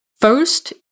first